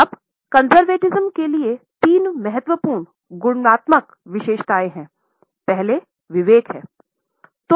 अब रूढ़िवाद के लिए तीन महत्वपूर्ण गुणात्मक विशेषताएं हैं पहले विवेक है